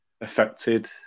affected